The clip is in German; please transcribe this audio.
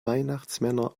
weihnachtsmänner